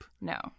No